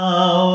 now